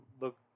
Look